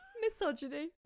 misogyny